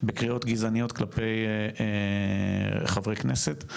בקריאות גזעניות כלפי חברי כנסת.